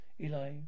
Eli